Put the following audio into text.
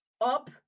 up